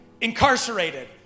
incarcerated